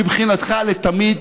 מבחינתך לתמיד,